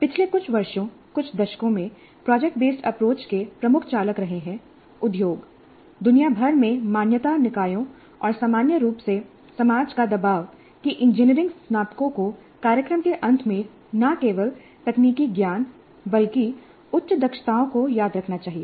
पिछले कुछ वर्षों कुछ दशकों में प्रोजेक्ट बेस्ड अप्रोच के प्रमुख चालक रहे हैं उद्योग दुनिया भर में मान्यता निकायों और सामान्य रूप से समाज का दबाव कि इंजीनियरिंग स्नातकों को कार्यक्रम के अंत में न केवल तकनीकी ज्ञान बल्कि उच्च दक्षताओं को याद रखना चाहिए